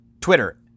Twitter